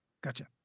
gotcha